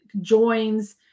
joins